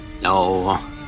No